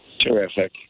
Terrific